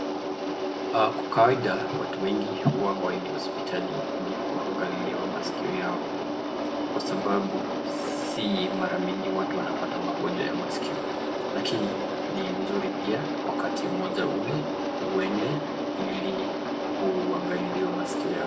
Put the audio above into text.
Kwa kawaida watu wengi huwa hawaendi hospitali ili kuangaliliwa maskio yao, kwa sababu, si mara mingi watu wanapata magonjwa wa maskio, lakini ni mzuri pia wakati mmoja ule uende ili uangalilie maskio yako.